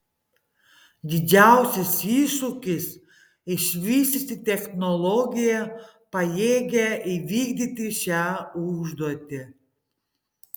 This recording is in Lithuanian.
didžiausias iššūkis išvystyti technologiją pajėgią įvykdyti šią užduotį